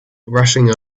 rushing